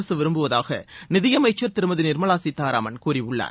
அரசு விரும்புவதாக நிதியமைச்சர் திருமதி நிர்மலா சீதாராமன் கூறியுள்ளார்